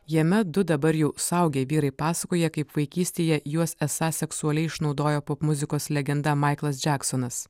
jame du dabar jau suaugę vyrai pasakoja kaip vaikystėje juos esą seksualiai išnaudojo popmuzikos legenda maiklas džeksonas